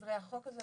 בגדרי החוק הזה.